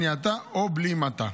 מניעתה או בלימתה.